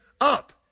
up